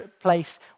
place